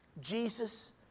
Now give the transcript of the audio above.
Jesus